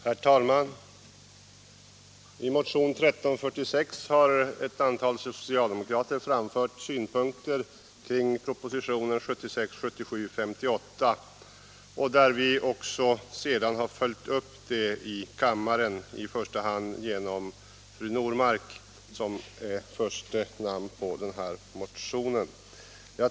Herr talman! I motionen 1346 har ett antal socialdemokrater framfört synpunkter kring propositionen 1976/77:58. Vi har också följt upp dessa synpunkter i kammaren — i första hand fru Normark, som står som första namn på denna motion.